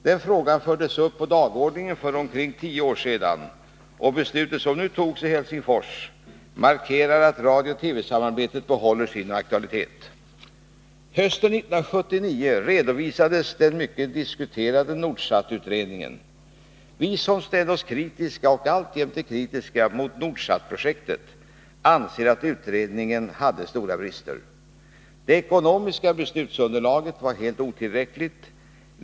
Den frågan fördes upp på dagordningen för omkring tio år sedan, och det beslut som nu togs i Helsingsfors markerar att radio-TV-samarbetet behåller sin aktualitet. Hösten 1979 redovisades den mycket diskuterade Nordsatutredningen. Vi som ställde oss kritiska och alltjämt är kritiska mot Nordsatprojektet anser att utredningen hade stora brister. Det ekonomiska beslutsunderlaget var helt otillräckligt.